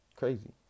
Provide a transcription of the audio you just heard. crazy